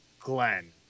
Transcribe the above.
Glenn